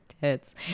tits